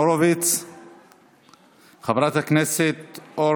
חבר הכנסת ניצן הורוביץ.